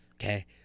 okay